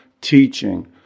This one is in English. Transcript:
teaching